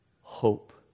hope